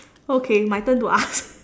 okay my turn to ask